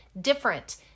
different